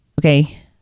okay